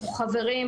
אנחנו חברים,